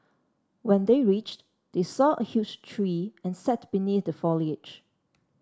when they reached they saw a huge tree and sat beneath the foliage